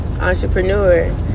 entrepreneur